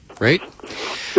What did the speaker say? Right